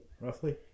roughly